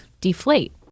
deflate